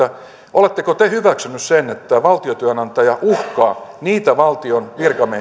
oletteko te hyväksynyt sen että valtiotyönantaja uhkaa niitä valtion